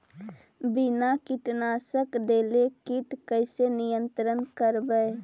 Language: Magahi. बिना कीटनाशक देले किट कैसे नियंत्रन करबै?